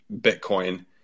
Bitcoin